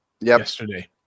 yesterday